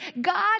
God